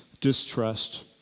distrust